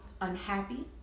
Unhappy